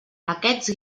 aquests